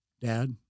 Dad